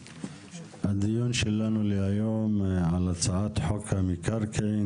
הדיון שלנו היום הוא על הצעת חוק המקרקעין